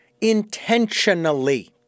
intentionally